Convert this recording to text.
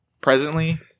presently